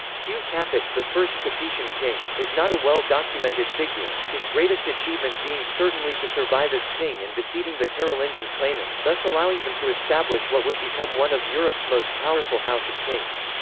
hugh capet, the first capetian king, is not a well documented figure, his greatest achievement being certainly to survive as king and defeating the carolingian claimant, thus allowing him to establish what would become one of europe's most powerful house of kings.